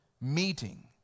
meeting